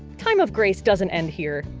time of grace doesn't end here.